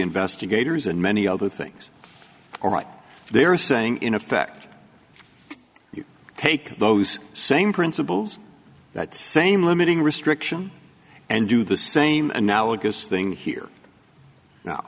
investigators and many other things are right there saying in effect you take those same principles that same limiting restriction and do the same analogous thing here no